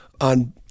on